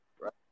Right